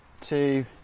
two